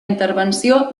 intervenció